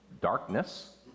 darkness